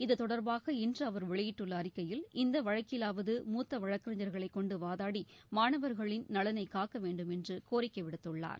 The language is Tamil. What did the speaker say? இதுதொடர்பாக இன்று அவர் வெளியிட்டுள்ள அறிக்கையில் இந்த வழக்கிலாவது மூத்த வழக்கறிஞர்களை கொண்டு வாதாடி மாணவர்களின் நலனை காக்க வேண்டும் என்று கோரிக்கை விடுத்துள்ளார்